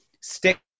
stick